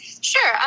Sure